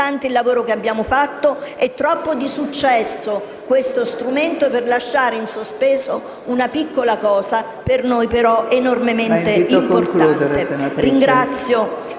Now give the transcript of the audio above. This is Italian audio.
il lavoro che abbiamo fatto ed è troppo di successo questo strumento, per lasciare in sospeso una piccola cosa per noi però enormemente importante. Ringrazio